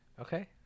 Okay